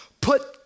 Put